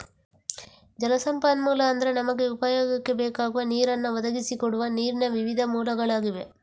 ಜಲ ಸಂಪನ್ಮೂಲ ಅಂದ್ರೆ ನಮಗೆ ಉಪಯೋಗಕ್ಕೆ ಬೇಕಾಗುವ ನೀರನ್ನ ಒದಗಿಸಿ ಕೊಡುವ ನೀರಿನ ವಿವಿಧ ಮೂಲಗಳಾಗಿವೆ